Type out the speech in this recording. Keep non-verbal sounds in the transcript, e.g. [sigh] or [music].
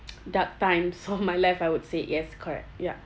[noise] dark times of my life I would say yes correct ya